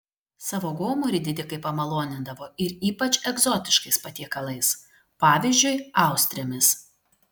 savo gomurį didikai pamalonindavo ir ypač egzotiškais patiekalais pavyzdžiui austrėmis